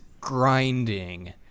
grinding